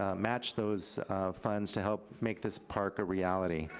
ah match those funds to help make this park a reality.